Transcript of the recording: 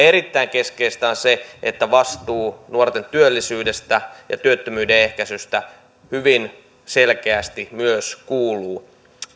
erittäin keskeistä on se että vastuu nuorten työllisyydestä ja työttömyyden ehkäisystä hyvin selkeästi kuuluu myös